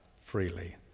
freely